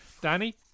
Danny